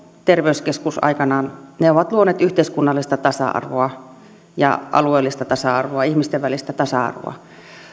terveyskeskus aikanaan ovat luoneet yhteiskunnallista tasa arvoa ja alueellista tasa arvoa ihmisten välistä tasa arvoa